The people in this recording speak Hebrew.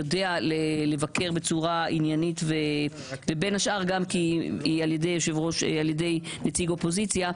שיודעת לבקר בצורה עניינית ובין השאר כי היא על ידי נציג אופוזיציה,